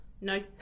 No